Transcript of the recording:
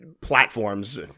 platforms